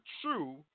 true